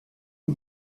une